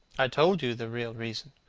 i told you the real reason.